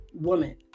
woman